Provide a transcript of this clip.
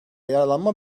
yaralanma